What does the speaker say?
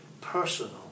personal